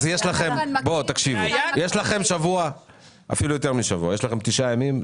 יש לכם תשעה ימים.